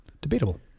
Debatable